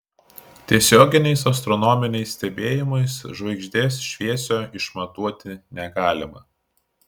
tiesioginiais astronominiais stebėjimais žvaigždės šviesio išmatuoti negalima